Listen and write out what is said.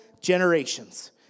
generations